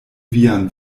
vian